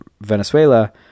Venezuela